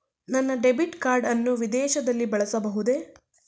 ನನ್ನ debit card ಅನ್ನು ವಿದೇಶದಲ್ಲಿ ಬಳಸಬಹುದೇ?